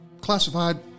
classified